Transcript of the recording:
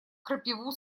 крапиву